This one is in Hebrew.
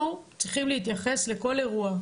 אנחנו צריכים להתייחס לכל אירוע,